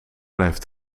blijft